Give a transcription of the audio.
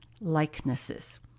likenesses